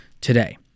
today